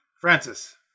Francis